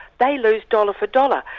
they lose dollar for dollar.